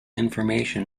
information